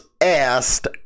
asked